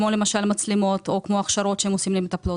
כמו מצלמות או הכשרות שהם עושים למטפלות.